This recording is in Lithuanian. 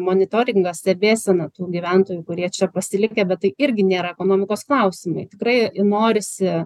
monitoringą stebėseną tų gyventojų kurie čia pasilikę bet tai irgi nėra ekonomikos klausimai tikrai norisi